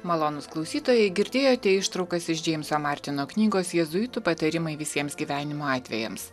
malonūs klausytojai girdėjote ištraukas iš džeimso martino knygos jėzuitų patarimai visiems gyvenimo atvejams